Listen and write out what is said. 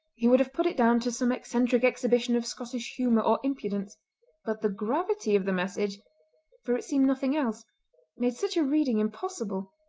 he would have put it down to some eccentric exhibition of scottish humour or impudence but the gravity of the message for it seemed nothing else made such a reading impossible.